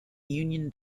union